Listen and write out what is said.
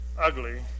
ugly